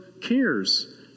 cares